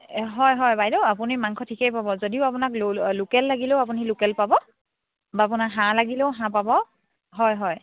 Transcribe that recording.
হয় হয় বাইদেউ আপুনি মাংস ঠিকেই পাব যদিও আপোনাক লো লোকেল লাগিলেও আপুনি লোকেল পাব বা আপোনাৰ হাঁহ লাগিলেও হাঁহ পাব হয় হয়